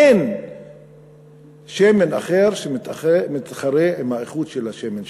אין שמן אחר שמתחרה עם האיכות של השמן שלנו.